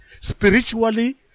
Spiritually